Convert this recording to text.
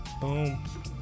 Boom